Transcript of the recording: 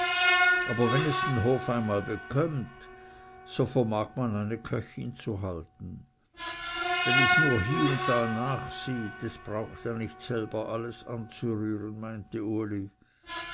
aber wenn es den hof einmal bekömmt so vermag man eine köchin zu halten wenn es nur hie und da nachsieht es braucht ja nicht selber alles anzurühren meinte uli